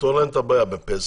לפתור להן את הבעיה בפסח,